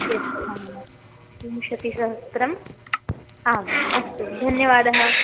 यच्छामि विंशतिसहस्रम् आम् अस्तु धन्यवादः